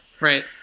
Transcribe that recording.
Right